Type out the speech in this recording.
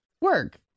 work